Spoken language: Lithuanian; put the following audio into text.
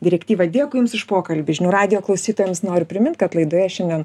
direktyvą dėkui jums už pokalbį žinių radijo klausytojams noriu primint kad laidoje šiandien